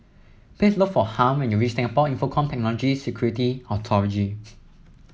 please look for Harm when you reach Singapore Infocomm Technology Security Authority